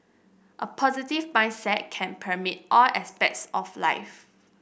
a positive mindset can permeate all aspects of life